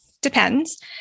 depends